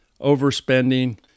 overspending